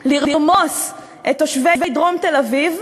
לרמוס את תושבי דרום תל-אביב,